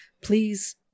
Please